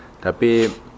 Tapi